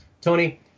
Tony